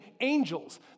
angels